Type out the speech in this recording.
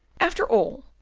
after all,